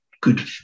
good